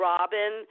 Robin